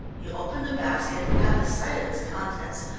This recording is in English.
he opened the basket, and at the sight of its contents,